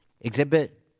exhibit